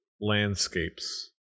landscapes